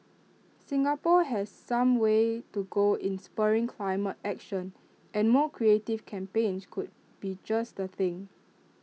Singapore has some way to go in spurring climate action and more creative campaigns could be just the thing